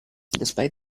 despite